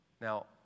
Now